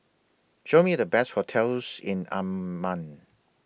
Show Me The Best hotels in Amman